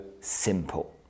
simple